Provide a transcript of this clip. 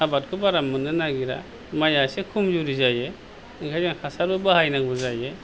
आबादखौ बारा मोननो नागिरा माइया एसे खमजुरि जायो बेखायनो हासारबो बाहायनांगौ जायो